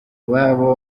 iwabo